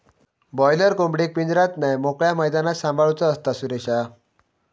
boiler कोंबडेक पिंजऱ्यात नाय मोकळ्या मैदानात सांभाळूचा असता, सुरेशा